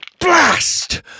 Blast